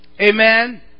Amen